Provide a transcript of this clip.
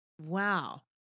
Wow